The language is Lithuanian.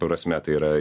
prasme tai yra